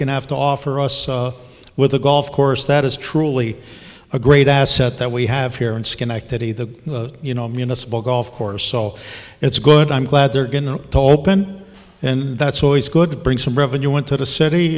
can have to offer us with a golf course that is truly a great asset that we have here in schenectady the you know municipal golf course so it's good i'm glad they're going to top ten and that's always good to bring some revenue went to the city